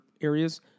areas